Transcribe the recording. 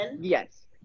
yes